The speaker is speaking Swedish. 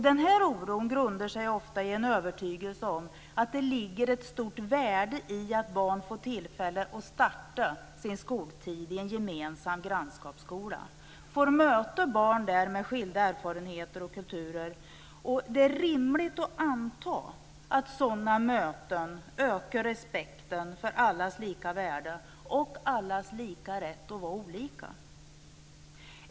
Denna oro grundar sig ofta på en övertygelse om att det ligger ett stort värde i att barn får tillfälle att starta sin skoltid i en gemensam grannskapsskola och där får möta barn med skilda erfarenheter och kulturer. Det är rimligt att anta att sådana möten ökar respekten för allas lika värde och allas lika rätt att vara olika.